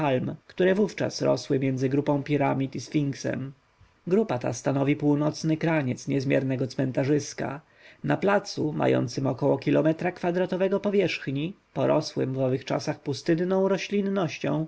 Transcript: które wówczas rosły między grupą piramid i sfinksem grupa ta stanowi północny kraniec niezmiernego cmentarzyska na placu mającym około kilometra kwadratowego powierzchni porosłym w owych czasach pustynną roślinnością